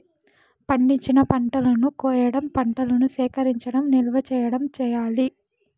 పండించిన పంటలను కొయ్యడం, పంటను సేకరించడం, నిల్వ చేయడం చెయ్యాలి